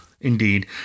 indeed